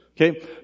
Okay